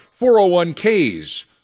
401ks